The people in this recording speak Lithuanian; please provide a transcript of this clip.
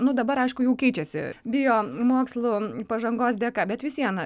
nu dabar aišku jau keičiasi biomokslų pažangos dėka bet vis viena